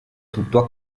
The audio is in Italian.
tutto